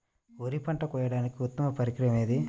వరి పంట కోయడానికి ఉత్తమ పరికరం ఏది?